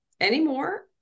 anymore